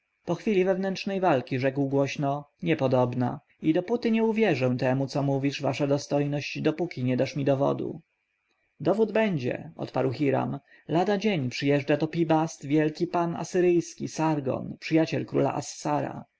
po chwili wewnętrznej walki rzekł głośno niepodobna i dopóty nie uwierzę temu co mówisz wasza dostojność dopóki nie dasz mi dowodu dowód będzie odparł hiram lada dzień przyjeżdża do pi-bast wielki pan asyryjski sargon przyjaciel króla assara